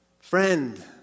Friend